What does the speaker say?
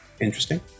Interesting